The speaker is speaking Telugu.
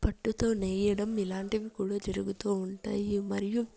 పట్టుతో నేయడం ఇలాంటివి కూడా జరుగుతూ ఉంటాయి మరియు